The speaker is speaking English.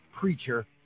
preacher